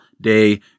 day